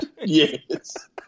Yes